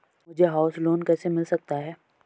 मुझे house loan कैसे मिल सकता है?